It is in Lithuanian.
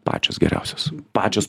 pačios geriausios pačios